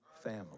family